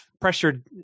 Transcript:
pressured